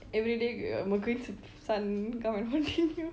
everyday uh son come and haunting you